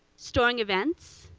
storing event,